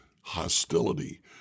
hostility